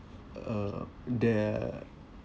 uh there